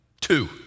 two